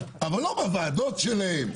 אבל לא בוועדות שלהם.